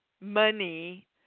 money